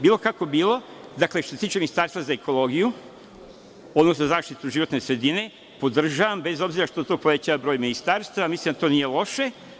Bilo kako bilo, što se tiče ministarstva za ekologiju, odnosno za zaštitu životne sredine, podržavam, bez obzira što to povećava broj ministarstava, mislim da to nije loše.